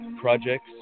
projects